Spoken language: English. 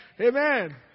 amen